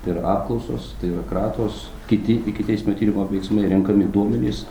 tai yra apklausos tai yra kratos kiti ikiteisminio tyrimo veiksmai renkami duomenys